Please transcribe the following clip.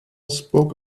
spoke